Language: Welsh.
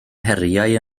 heriau